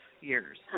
years